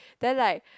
then like